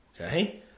Okay